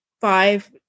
five